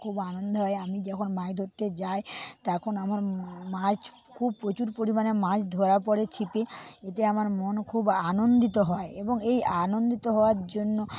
খুব আনন্দ হয় আমি যখন মাছ ধরতে যাই তখন আমি মাছ খুব প্রচুর পরিমাণে মাছ ধরা পড়ে ছিপে এতে আমার মন খুব আনন্দিত হয় এবং এই আনন্দিত হওয়ার জন্য